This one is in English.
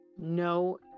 no